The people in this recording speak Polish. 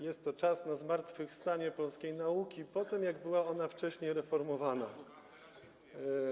Jest to czas na zmartwychwstanie polskiej nauki po tym, jak była ona wcześniej reformowana.